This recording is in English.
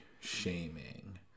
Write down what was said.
shaming